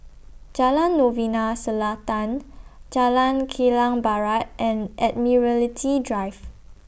Jalan Novena Selatan Jalan Kilang Barat and Admiralty Drive